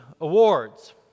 awards